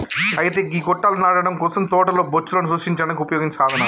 అయితే గీ గొట్టాలు నాటడం కోసం తోటలో బొచ్చులను సృష్టించడానికి ఉపయోగించే సాధనాలు